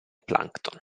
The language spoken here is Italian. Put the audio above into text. plankton